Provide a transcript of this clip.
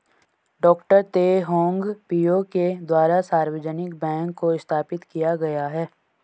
डॉ Teh Hong Piow के द्वारा सार्वजनिक बैंक को स्थापित किया गया है